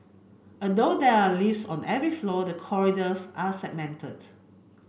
although there are lifts on every floor the corridors are segmented